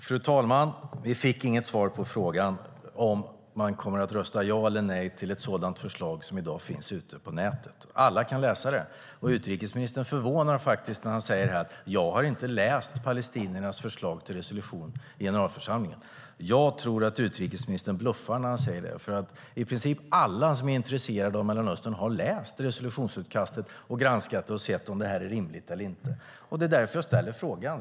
Fru talman! Vi fick inget svar på frågan om man kommer att rösta ja eller nej till ett sådant förslag som i dag finns ute på nätet. Alla kan läsa det. Utrikesministern förvånar faktiskt när han säger att han inte har läst palestiniernas förslag till resolution i generalförsamlingen. Jag tror att utrikesministern bluffar när han säger det, för i princip alla som är intresserade av Mellanöstern har läst resolutionsutkastet, granskat det och sett om det är rimligt eller inte. Det är därför jag ställer frågan.